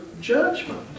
judgment